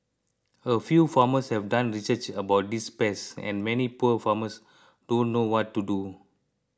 a few farmers have done research about these pests and many poor farmers don't know what to do